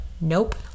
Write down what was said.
nope